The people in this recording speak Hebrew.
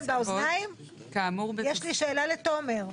יש לי שאלה לתומר.